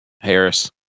Harris